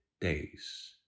days